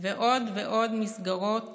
עוד ועוד מסגרות